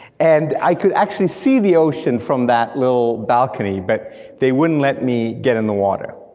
and i could actually see the ocean from that little balcony, but they wouldn't let me get in the water,